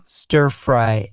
stir-fry